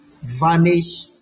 vanish